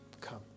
Come